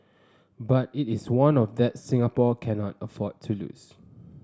but it is one of that Singapore cannot afford to lose